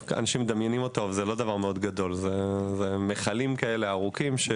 מדובר במכלים ארוכים.